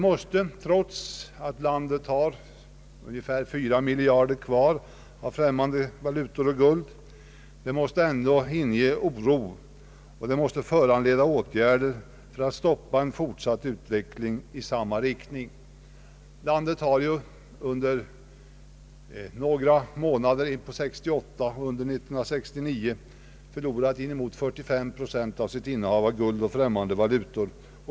Trots att vårt land har ungefär fyra miljarder kvar i främmande valutor och guld måste det ändå inge oro och föranleda åtgärder för att stoppa en fortsatt utveckling i samma riktning. Landet har ju under några månader 1968 och under 1969 förlorat inemot 45 procent av sitt innehav av guld och främmande valutor.